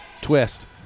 twist